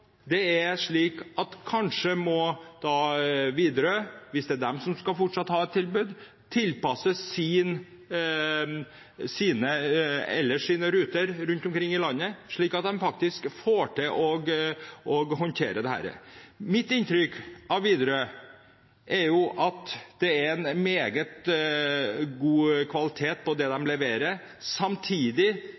i landet, slik at de faktisk får til å håndtere dette. Mitt inntrykk av Widerøe er at det er meget god kvalitet på det de leverer, samtidig